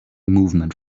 movement